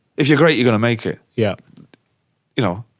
if you're great, you going to make it, yeah you know,